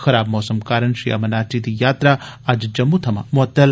खराब मौसम कारण श्री अमरनाथ जी दी यात्रा अज्ज जम्मू थमां मुअत्तल